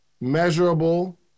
measurable